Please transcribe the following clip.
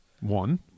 one